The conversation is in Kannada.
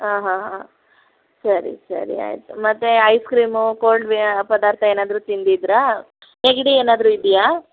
ಹಾಂ ಹಾಂ ಹಾಂ ಸರಿ ಸರಿ ಆಯಿತು ಮತ್ತು ಐಸ್ ಕ್ರೀಮು ಕೋಲ್ಡ್ ವ್ಯಾ ಪದಾರ್ಥ ಏನಾದರೂ ತಿಂದಿದ್ದಿರಾ ನೆಗಡಿ ಏನಾದರೂ ಇದೆಯಾ